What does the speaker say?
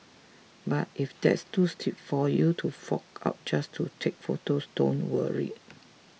but if that's too steep for you to fork out just to take photos don't worry